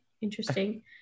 interesting